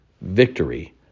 victory